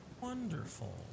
wonderful